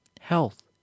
health